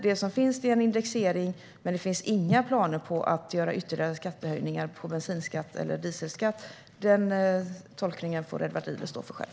Det som finns är en indexering, men det finns inga planer på att göra ytterligare skattehöjningar på bensinskatt eller dieselskatt. Den tolkningen får Edward Riedl stå för själv.